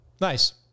Nice